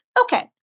Okay